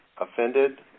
offended